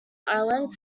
islands